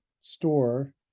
store